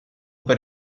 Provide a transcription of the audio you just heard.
per